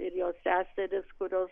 ir jo seserys kurios